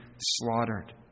slaughtered